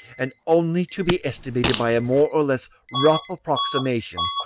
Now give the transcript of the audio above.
and only to be estimated by a more or less rough approximation,